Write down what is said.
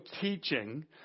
teaching